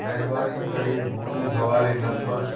महिरबानी करे बुकिंग हवाले नम्बर